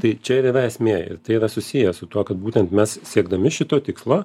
tai čia ir yra esmė ir tai yra susiję su tuo kad būtent mes siekdami šito tikslo